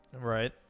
Right